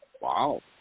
Wow